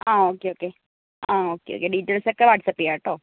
ആ okay okay ആ okay okay ഡീറ്റൈൽസൊക്കെ വാട്സ്ആപ് ചെയ്യാട്ടോ